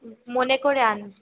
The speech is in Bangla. মনে করে আনবেন